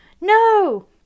No